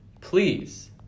please